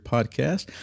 Podcast